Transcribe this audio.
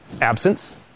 Absence